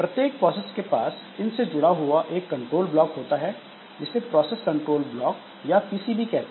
प्रत्येक प्रोसेस के पास इन से जुड़ा हुआ एक कंट्रोल ब्लॉक होता है जिसे प्रोसेस कंट्रोल ब्लॉक या पीसीबी कहते हैं